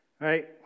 right